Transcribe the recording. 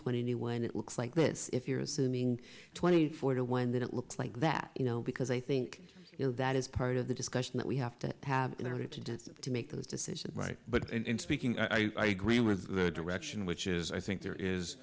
twenty one it looks like this if you're assuming twenty four to one that it looks like that you know because i think you know that is part of the discussion that we have to have in order to do it to make those decisions right but in speaking i agree with the direction which is i think there is